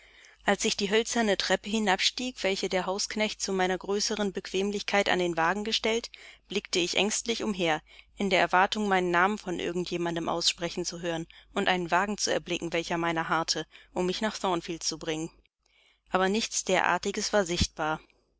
als ich die hölzerne treppe hinabstieg welche der hausknecht zu meiner größeren bequemlichkeit an den wagen gestellt blickte ich ängstlich umher in der erwartung meinen namen von irgend jemandem aussprechen zu hören und einen wagen zu erblicken welcher meiner harrte um mich nach thornfield zu bringen aber nichts derartiges war sichtbar